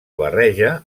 barreja